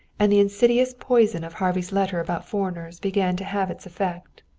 and the insidious poison of harvey's letter about foreigners began to have its effect.